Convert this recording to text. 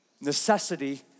necessity